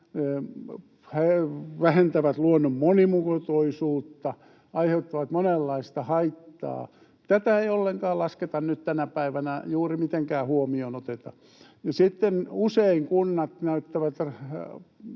vähentävät luonnon monimuotoisuutta, aiheuttavat monenlaista haittaa. Tätä ei ollenkaan lasketa nyt tänä päivänä, ei juuri mitenkään oteta huomioon. Ja sitten usein kunnat näyttävät